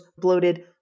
bloated